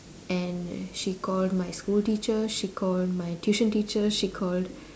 and she called my school teacher she called my tuition teacher she called